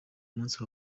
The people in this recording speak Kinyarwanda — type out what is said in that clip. umunsi